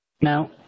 Now